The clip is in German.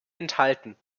enthalten